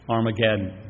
Armageddon